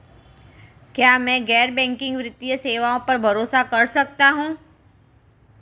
क्या मैं गैर बैंकिंग वित्तीय सेवाओं पर भरोसा कर सकता हूं?